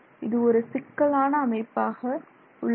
இது ஒரு சிக்கலான அமைப்பாக உள்ளது